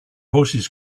horses